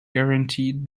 guaranteed